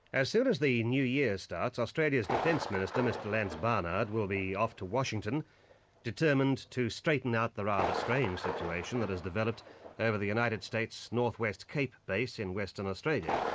as soon as the new year starts, australia's defence minister, mr lance barnard, will be off to washington determined to straighten up the rather strange situation that has developed over the united states northwest cape base in western australia.